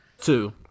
two